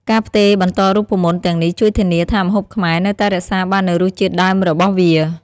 ការផ្ទេរបន្តរូបមន្តទាំងនេះជួយធានាថាម្ហូបខ្មែរនៅតែរក្សាបាននូវរសជាតិដើមរបស់វា។